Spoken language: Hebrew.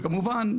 וכמובן,